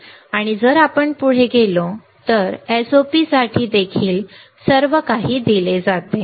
जर आपण पुढे गेलो तर SOP साठी देखील सर्व काही दिले जाते